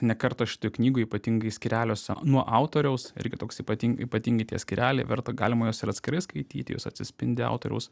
ne kartą šitoj knygoj ypatingai skyreliuose nuo autoriaus irgi toks ypati ypatingi tie skyreliai verta galima juos ir atskirai skaityti juose atsispindi autoriaus